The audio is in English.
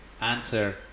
Answer